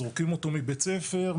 זורקים אותו מבית ספר,